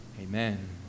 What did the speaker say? Amen